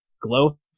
Glow